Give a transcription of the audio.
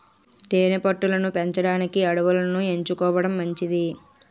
తేనె పట్టు లను పెంచడానికి అడవులను ఎంచుకోవడం మంచిది